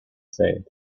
said